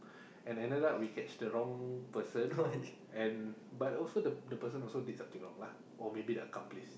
and ended up we catch the wrong person and but also the the person also did something wrong lah or maybe the accomplice